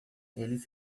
eles